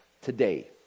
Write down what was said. Today